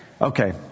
Okay